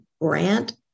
grant